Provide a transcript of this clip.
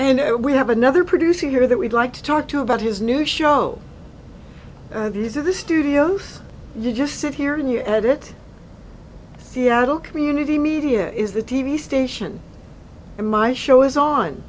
and we have another producer here that we'd like to talk to about his new show and these are the studios you just sit here in your edit seattle community media is the t v station and my show is on